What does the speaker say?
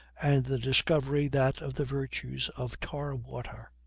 and the discovery that of the virtues of tar-water.